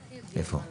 איפה?